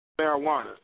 marijuana